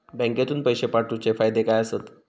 बँकेतून पैशे पाठवूचे फायदे काय असतत?